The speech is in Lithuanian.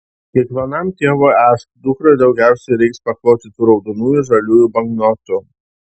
kiekvienam tėvui aišku dukrai daugiausiai reiks pakloti tų raudonųjų žaliųjų banknotų